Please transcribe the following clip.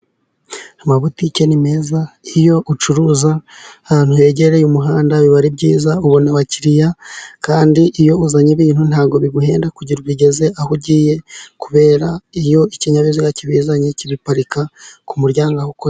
Amabutike ni meza iyo ucuruza ahantu hegereye umuhanda biba ari byiza. Ubona abakiriya ,kandi iyo uzanye ibintu ntabwo biguhenda kugira ugeze aho ugiye, kubera iyo ikinyabiziga kibizanye kibiparika ku muryango aho ukorera.